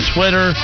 Twitter